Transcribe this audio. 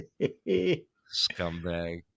scumbag